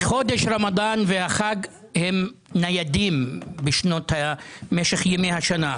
וחודש הרמדאן והחג הם ניידים במשך ימי השנה.